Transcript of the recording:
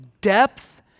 depth